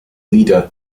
leader